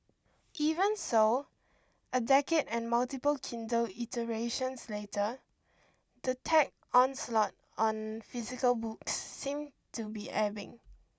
even so a decade and multiple Kindle iterations later the tech onslaught on physical books seem to be ebbing